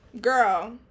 Girl